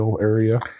area